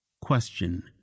question